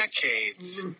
decades